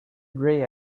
grey